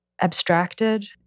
abstracted